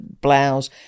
blouse